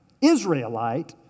Israelite